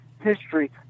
history